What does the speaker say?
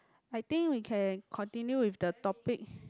I think we can continue with the topic